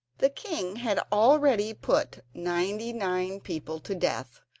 the king had already put ninety-nine people to death,